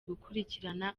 gukurikirana